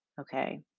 okay